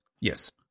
Yes